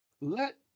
Let